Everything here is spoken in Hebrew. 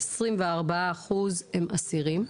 24% הם אסירים,